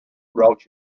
throughout